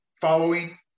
following